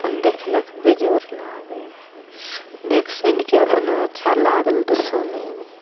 अपन देखलक बेजोड़ लागै हइ देख सुनिके अपनो अच्छा लागल तऽ सुनैमे